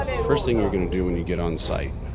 first thing you're gonna do when you get on site